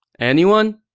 anyone?